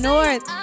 North